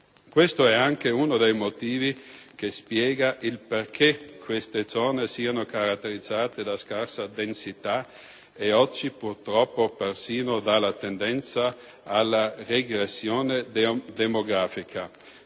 Questo è anche uno dei motivi esplicativi del fatto che queste zone sono caratterizzate da scarsa densità e oggi, purtroppo, persino dalla tendenza ad una regressione demografica.